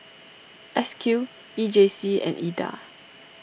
S Q E J C and Ida